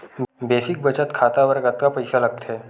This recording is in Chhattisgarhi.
बेसिक बचत खाता बर कतका पईसा लगथे?